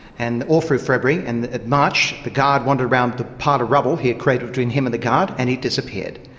and all through february and march. the guard wandered around the pile of rubble he had created between him and the guard and he'd disappeared.